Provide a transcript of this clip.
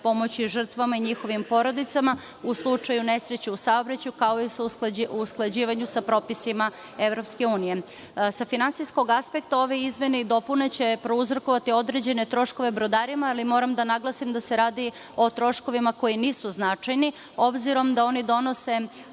pomoći žrtvama i njihovim porodicama u slučaju nesreće u saobraćaju, kao i sa usklađivanjem propisima Evropske unije. Sa finansijskog aspekta, ove izmene i dopune će prouzrokovati određene troškove brodarima, ali moram da naglasim da se radi o troškovima koji nisu značajni, obzirom da oni donose